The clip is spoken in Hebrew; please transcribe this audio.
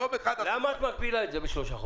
יום אחד אסור --- למה את מגבילה את זה בשלושה חודשים?